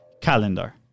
calendar